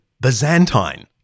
Byzantine